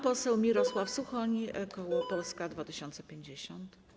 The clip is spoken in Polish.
Pan poseł Mirosław Suchoń, koło Polska 2050.